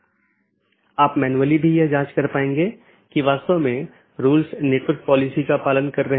इसलिए मैं AS के भीतर अलग अलग तरह की चीजें रख सकता हूं जिसे हम AS का एक कॉन्फ़िगरेशन कहते हैं